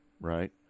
right